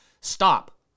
stop